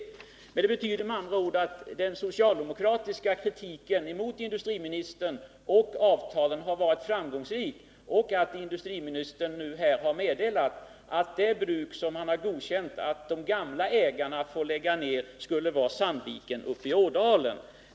Industriministerns svar nu betyder med andra ord att den socialdemokratiska kritiken mot industriministern och avtalen har varit framgångsrik när industriministern nu meddelar att beslutade nedläggningen skall stoppas. Det enda undantaget som han har godkänt och där de gamla ägarna får lägga ner skulle således vara Sandviken uppe i Ådalen.